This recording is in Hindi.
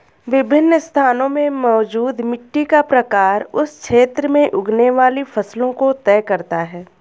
विभिन्न स्थानों में मौजूद मिट्टी का प्रकार उस क्षेत्र में उगने वाली फसलों को तय करता है